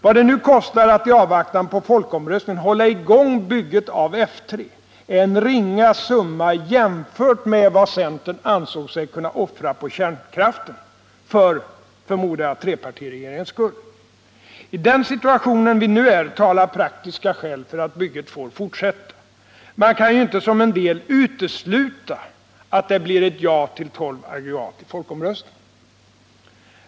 Vad det nu kostar att i avvaktan på folkomröstningen hålla i gång bygget av Forsmark 3 är en ringa summa jämfört med vad centern ansåg sig kunna offra på kärnkraften för, förmodar jag, trepartiregeringens skull. I den situation vi nu är talar praktiska skäl för att bygget får fortsätta. Man kan ju inte, som en del gör, utesluta att det blir ett ja till 12 aggregat i folkomröstningen.